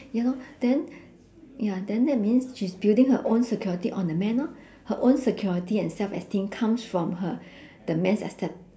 ya lor then ya then that means she's building her own security on the man lor her own security and self esteem comes from her the man's accep~